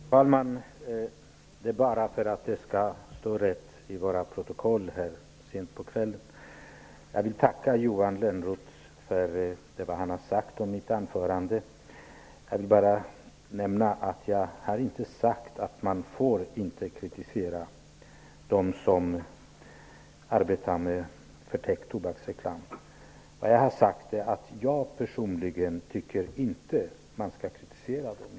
Herr talman! Det är sent på kvällen. Men för att det skall bli rätt i protokollet vill jag säga följande. Jag vill tacka Johan Lönnroth för det han sade om mitt anförande. Men jag vill nämna att jag inte har sagt att man inte får kritisera dem som arbetar med förtäckt tobaksreklam. Vad jag däremot har sagt är att jag personligen inte tycker att man skall kritisera.